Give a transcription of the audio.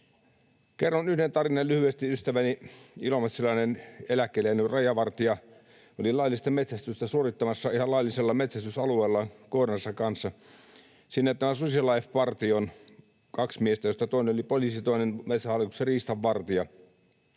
Kerron yhden tarinan lyhyesti. Ystäväni ilomantsilainen eläkkeelle jäänyt rajavartija oli laillista metsästystä suorittamassa ihan laillisella metsästysalueella koiransa kanssa. Sinne tuli tämän SusiLIFE-partion kaksi miestä, joista toinen oli poliisi, toinen Metsähallituksessa riistanvartija.